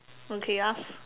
okay you ask